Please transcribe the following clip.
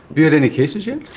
but you had any cases yet?